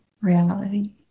reality